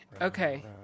okay